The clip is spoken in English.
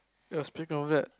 it was pretty crowded